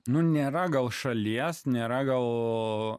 nu nėra gal šalies nėra galo